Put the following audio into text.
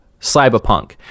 Cyberpunk